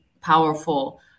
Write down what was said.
powerful